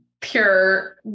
pure